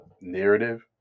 narrative